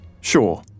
sure